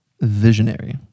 visionary